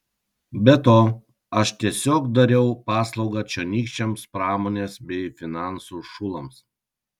be to aš tiesiog dariau paslaugą čionykščiams pramonės bei finansų šulams